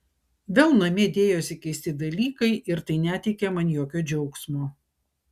vėl namie dėjosi keisti dalykai ir tai neteikė man jokio džiaugsmo